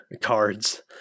cards